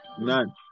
None